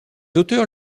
auteurs